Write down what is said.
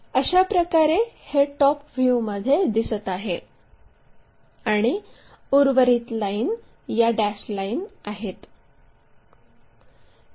अशाप्रकारे हे टॉप व्ह्यूमध्ये दिसत आहे आणि उर्वरित लाईन या डॅश लाईन आहेत